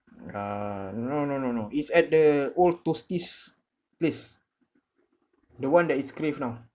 uh no no no no it's at the old toasties place the one that is crave now